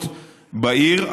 מהשכונות בעיר.